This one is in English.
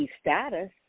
status